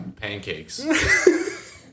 Pancakes